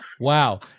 wow